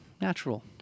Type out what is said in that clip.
natural